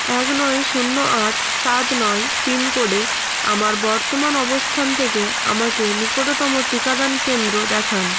এক নয় শূন্য আট সাত নয় পিনকোডে আমার বর্তমান অবস্থান থেকে আমাকে নিকটতম টিকাদান কেন্দ্র দেখান